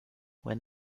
when